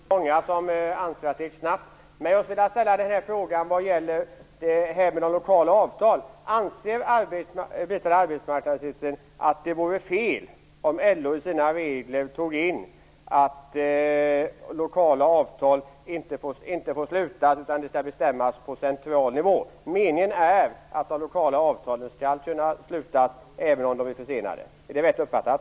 Fru talman! Att det här gick snabbt, det får nog stå för biträdande arbetsmarknadsministern. Det är nog inte så många som anser att det gick snabbt. Jag skulle vilja ställa en fråga vad gäller det här med lokala avtal. Anser biträdande arbetsmarknadsministern att det vore fel om LO i sina regler tog in att lokala avtal inte får slutas utan att det skall bestämmas på central nivå? Meningen är att de lokala avtalen skall kunna slutas även om de är försenade. Är det rätt uppfattat?